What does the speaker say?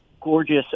gorgeous